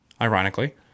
Ironically